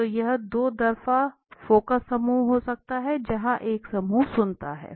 तो यह दो तरफा फोकस समूह हो सकता है जहां एक समूह सुनता है